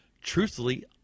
truthfully